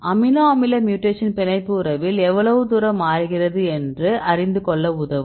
amino அமில mutation பிணைப்பு உறவில் எவ்வளவு தூரம் மாறுகிறது என்று அறிந்து கொள்ள உதவும்